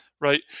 right